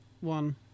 one